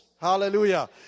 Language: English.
Hallelujah